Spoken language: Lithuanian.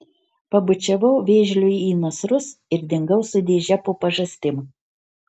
pabučiavau vėžliui į nasrus ir dingau su dėže po pažastim